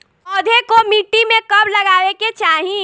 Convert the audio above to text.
पौधे को मिट्टी में कब लगावे के चाही?